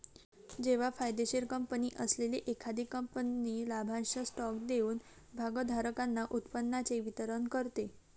जेव्हा फायदेशीर कंपनी असलेली एखादी कंपनी लाभांश स्टॉक देऊन भागधारकांना उत्पन्नाचे वितरण करते